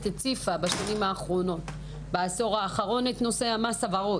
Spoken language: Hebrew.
הציפה בעשור האחרון את נושא המס הוורוד,